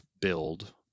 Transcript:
build